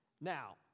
Now